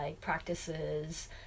practices